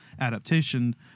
adaptation